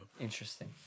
interesting